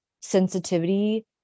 sensitivity